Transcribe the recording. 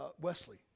Wesley